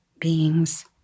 beings